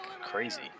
crazy